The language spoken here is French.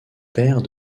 père